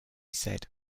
said